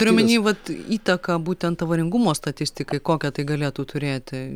turiu omeny vat įtaką būtent avaringumo statistikai kokią tai galėtų turėti